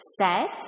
set